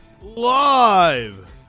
live